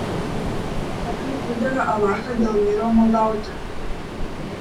ar tai pridera alachą dėl vyro maldauti